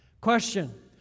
Question